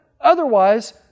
Otherwise